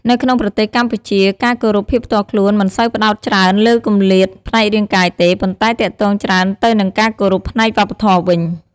នៅក្នុងប្រទេសកម្ពុជា ការគោរពភាពផ្ទាល់ខ្លួនមិនសូវផ្តោតច្រើនលើគម្លាតផ្នែករាងកាយទេ ប៉ុន្តែទាក់ទងច្រើនទៅនឹងការគោរពផ្នែកវប្បធម៌វិញ។